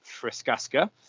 Friskaska